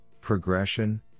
progression